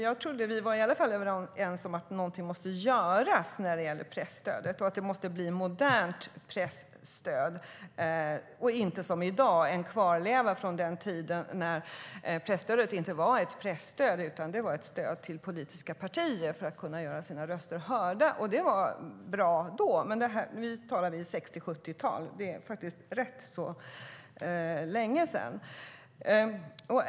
Jag trodde att vi i alla fall var överens om att någonting måste göras när det gäller presstödet, att det måste bli modernt och inte som i dag en kvarleva från tiden då det inte var ett presstöd utan ett stöd till politiska partier för att de skulle kunna göra sina röster hörda. Det var bra då, men nu talar vi 60 och 70-tal - det är faktiskt rätt länge sedan.